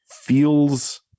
feels